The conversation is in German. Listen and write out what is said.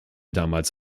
damals